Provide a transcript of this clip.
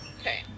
okay